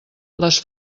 les